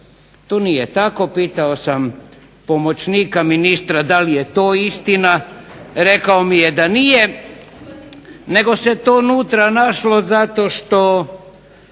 to nije tako. Pitao sam pomoćnika ministra da li je to istina rekao mi je da nije, nego se to unutra našlo zato što